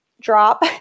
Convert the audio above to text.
drop